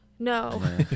No